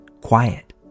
quiet